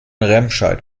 remscheid